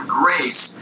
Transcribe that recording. grace